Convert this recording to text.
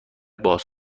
باز